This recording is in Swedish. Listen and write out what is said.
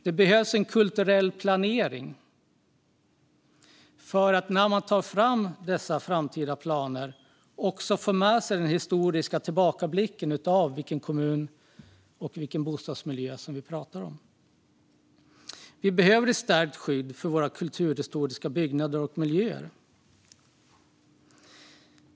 Det behövs en kulturell planering för att man när man tar fram dessa framtida planer också får med sig den historiska tillbakablicken på vilken kommun och vilken bostadsmiljö vi pratar om. Vi behöver ett stärkt skydd för våra kulturhistoriska byggnader och miljöer.